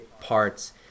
parts